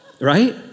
Right